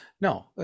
no